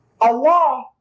Allah